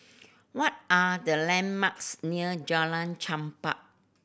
what are the landmarks near Jalan Chempah